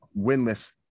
winless